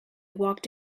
walked